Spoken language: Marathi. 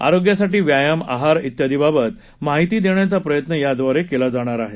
आरोग्यासाठी व्यायाम आहार इत्यादीबाबत माहिती देण्याचा प्रयत्न याद्वारे केला जाणार आहे